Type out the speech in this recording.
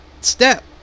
step